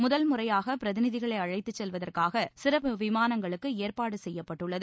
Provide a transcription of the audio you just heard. முதல் முறையாக பிரதிநிதிகளை அழைத்துச் செல்வதற்காக சிறப்பு விமானங்களுக்கு ஏற்பாடு செய்யப்பட்டுள்ளது